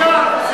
זה על הנייר.